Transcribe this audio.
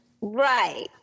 right